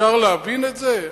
אפשר להבין את זה?